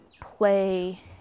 play